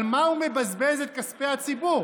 על מה הוא מבזבז את כספי הציבור?